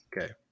Okay